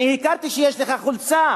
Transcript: אני הכרתי שיש לך חולצה,